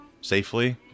safely